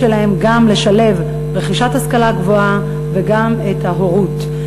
שלהם גם לשלב רכישת השכלה גבוהה עם הורות.